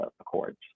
Accords